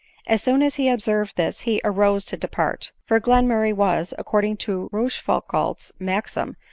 as soon as he observed this he arose to depart for glenmurray was, according to rochefoucatdt's maxim,